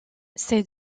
ces